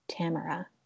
Tamara